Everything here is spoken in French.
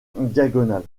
diagonale